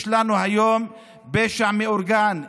יש לנו היום פשע מאורגן,